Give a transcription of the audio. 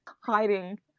hiding